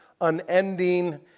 unending